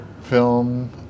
film